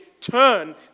turn